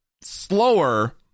slower